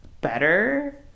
better